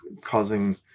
causing